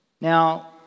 Now